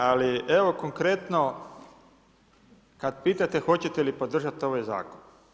Ali evo konkretno kad pitate hoćete li podržati ovaj zakon?